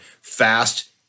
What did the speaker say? fast